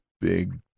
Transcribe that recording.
big